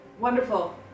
Wonderful